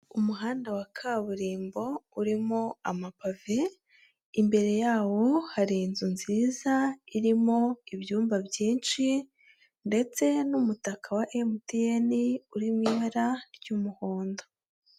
Umuhanda wa kaburimbo urimo amapave, imbere yawo hari inzu nziza irimo ibyumba byinshi ndetse n'umutaka wa MTN urimo ibara ry'umuhondo.